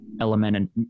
element